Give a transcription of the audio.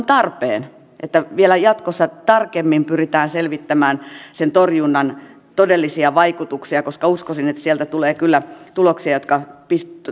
tarpeen että vielä jatkossa tarkemmin pyritään selvittämään sen torjunnan todellisia vaikutuksia koska uskoisin että sieltä tulee kyllä tuloksia jotka